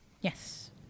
Yes